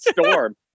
storm